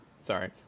Sorry